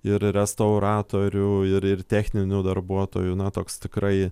ir restauratorių ir ir techninių darbuotojų na toks tikrai